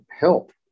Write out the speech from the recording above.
help